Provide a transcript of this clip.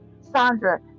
Sandra